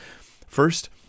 First